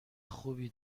خوبی